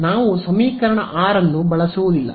ಆದ್ದರಿಂದ ನಾವು ಸಮೀಕರಣ 6 ಅನ್ನು ಬಳಸುವುದಿಲ್ಲ